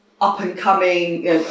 up-and-coming